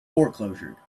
foreclosure